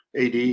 AD